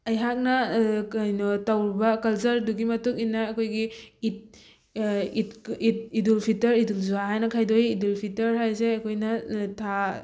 ꯑꯩꯍꯥꯛꯅ ꯀꯩꯅꯣ ꯇꯧꯕ ꯀꯜꯆꯔꯗꯨꯒꯤ ꯃꯇꯨꯡꯏꯟꯅ ꯑꯩꯈꯣꯏꯒꯤ ꯏꯠ ꯏꯠ ꯏꯠ ꯏꯗꯨꯜ ꯐꯤꯜꯇꯔ ꯏꯗꯨꯜ ꯖꯨꯍꯥ ꯍꯥꯏꯅ ꯈꯥꯏꯗꯣꯛꯏ ꯏꯗꯨꯜ ꯐꯤꯇꯔ ꯍꯥꯏꯁꯦ ꯑꯩꯈꯣꯏꯅ ꯊꯥ